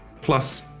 Plus